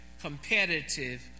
competitive